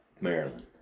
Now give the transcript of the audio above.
Maryland